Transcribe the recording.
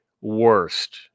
worst